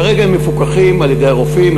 כרגע הם מפוקחים על-ידי הרופאים.